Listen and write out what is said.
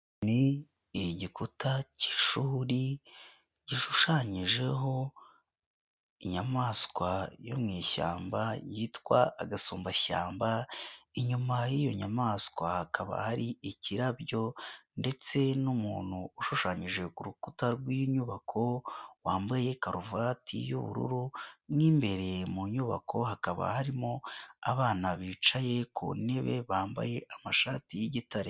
Ni igikuta cy'ishuri gishushanyijeho inyamaswa yo mu ishyamba yitwa agasumbashyamba, inyuma y'iyo nyamaswa hakaba hari ikirabyo ndetse n'umuntu ushushanyije ku rukuta rw'inyubako, wambaye karuvati y'ubururu mo imbere mu nyubako hakaba harimo abana bicaye ku ntebe, bambaye amashati y'igitare.